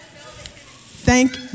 Thank